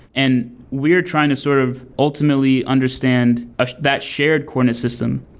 and we're trying to sort of ultimately understand ah that shared coordinate system.